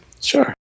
Sure